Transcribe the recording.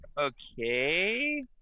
Okay